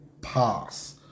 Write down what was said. pass